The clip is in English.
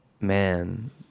man